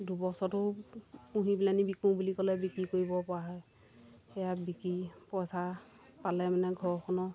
দুবছৰতো পুহি পেলাইনি বিকো বুলি ক'লে বিক্ৰী কৰিবপৰা হয় সেয়া বিকি পইচা পালে মানে ঘৰখনৰ